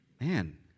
man